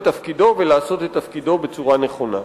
תפקידו ולעשות את תפקידו בצורה נכונה.